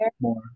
more